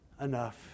enough